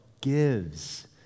gives